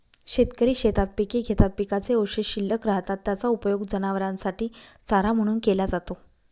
शेतकरी शेतात पिके घेतात, पिकाचे अवशेष शिल्लक राहतात, त्याचा उपयोग जनावरांसाठी चारा म्हणून केला जातो